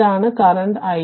ഇതാണ് നിലവിലെ i3